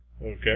Okay